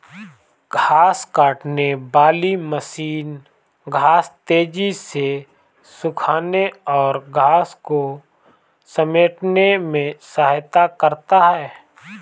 घांस काटने वाली मशीन घांस तेज़ी से सूखाने और घांस को समेटने में सहायता करता है